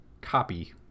copy